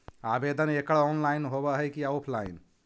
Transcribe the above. आवेदन एकड़ ऑनलाइन होव हइ की ऑफलाइन?